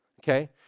okay